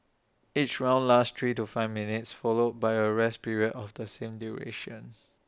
each round lasts three to five minutes followed by A rest period of the same duration